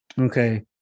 Okay